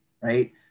right